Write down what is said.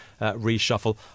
reshuffle